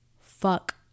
fuck